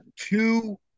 two